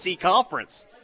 conference